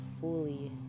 fully